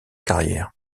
carrière